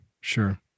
Sure